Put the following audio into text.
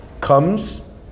comes